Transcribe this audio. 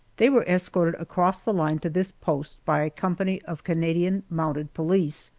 they were escorted across the line to this post by a company of canadian mounted police,